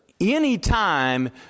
Anytime